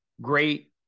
great